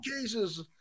cases